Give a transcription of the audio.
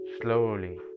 slowly